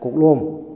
ꯀꯣꯛꯌꯣꯝ